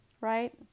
right